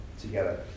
together